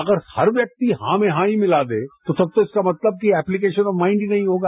अगर हर व्यक्ति हां में हां मिला ले तो तब तो इसका मतलब कि एप्लीकेशन ऑफ माइंड ही नहीं होगा